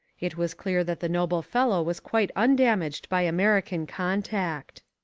it was clear that the noble fellow was quite undamaged by american contact.